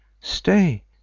stay